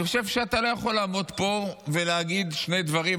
אני חושב שאתה לא יכול לעמוד פה ולהגיד שני דברים,